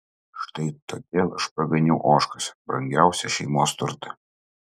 štai todėl aš praganiau ožkas brangiausią šeimos turtą